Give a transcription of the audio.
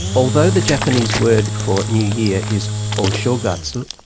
although the japanese word for new year is o-shogatsu,